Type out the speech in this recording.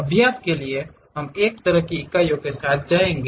अभ्यास के लिए हम एक तरह की इकाइयों के साथ जाएंगे